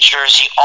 Jersey